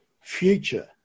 future